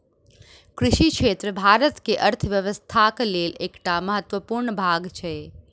कृषि क्षेत्र भारतक अर्थव्यवस्थाक लेल एकटा महत्वपूर्ण भाग छै